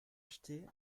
acheté